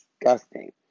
disgusting